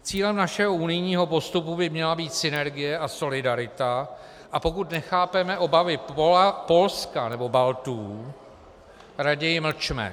Cílem našeho unijního postupu by měla být synergie a solidarita, a pokud nechápeme obavy Polska nebo Baltů, raději mlčme.